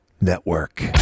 Network